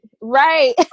right